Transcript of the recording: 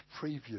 preview